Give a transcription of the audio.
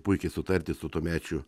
puikiai sutarti su tuomečiu